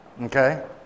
okay